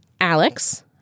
Alex